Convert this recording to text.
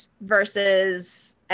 versus